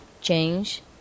change